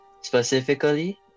Specifically